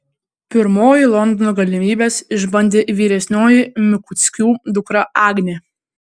pirmoji londono galimybes išbandė vyresniojo mikuckių dukra agnė